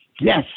Yes